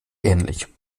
ähnlich